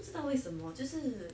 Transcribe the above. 不知道为什么就是